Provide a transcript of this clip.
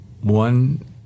one